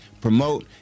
promote